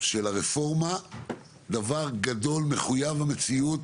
של הרפורמה דבר גדול ומחויב המציאות